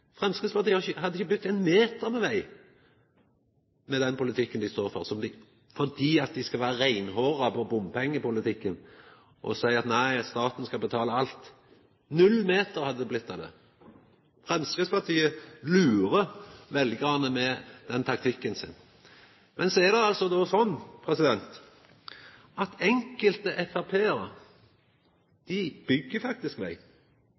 Framstegspartiet sin politikk hadde blitt gjennomført – som det ikkje er fleirtal for – så hadde ikkje partiet bygt éin meter med veg med den politikken dei står for, fordi dei vil vera reinhårige på bompengepolitikken og seier at nei, staten skal betala alt. Null meter hadde det blitt av det. Framstegspartiet lurer veljarane med denne taktikken sin. Men så er det altså sånn at enkelte frå Framstegspartiet byggjer faktisk veg,